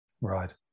Right